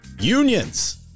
unions